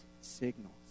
signals